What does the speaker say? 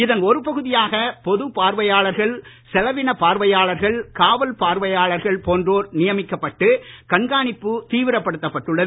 இதன் ஒரு பகுதியாக பொது பார்வையாளர்கள் செலவின பார்வையாளர்கள் காவல் பார்வையாளர்கள் போன்றோர் நியமிக்கப்பட்டு கண்காணிப்பு தீவிரப்படுத்தப்பட்டுள்ளது